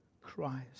Christ